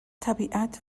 طبیعت